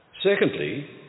Secondly